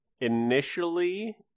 Initially